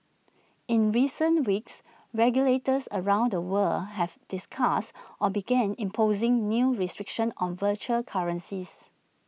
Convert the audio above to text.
in recent weeks regulators around the world have discussed or begun imposing new restrictions on virtual currencies